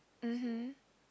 mmhmm